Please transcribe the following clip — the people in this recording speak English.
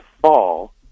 fall